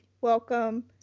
welcome